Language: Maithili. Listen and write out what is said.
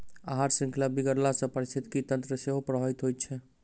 आहार शृंखला बिगड़ला सॅ पारिस्थितिकी तंत्र सेहो प्रभावित होइत छै